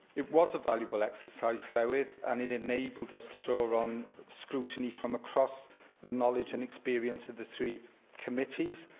it was a valuable exercise, llywydd, and it enabled us to draw on scrutiny from across the knowledge and experience of the three committees,